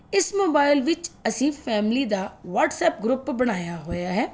ਇਸ ਮੋਬਾਈਲ ਵਿੱਚ ਅਸੀਂ ਫੈਮਲੀ ਦਾ ਵਟਸਐਪ ਗਰੁੱਪ ਬਣਾਇਆ ਹੋਇਆ ਹੈ